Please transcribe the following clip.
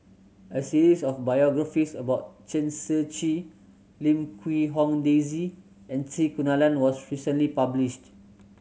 a series of biographies about Chen Shiji Lim Quee Hong Daisy and C Kunalan was recently published